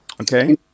Okay